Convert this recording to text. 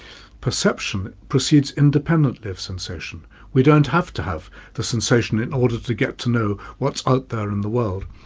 perception proceeds independently of sensation we don't have to have the sensation in order to get to know what's out there in the world.